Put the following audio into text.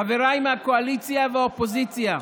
חבריי מהקואליציה והאופוזיציה,